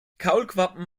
kaulquappen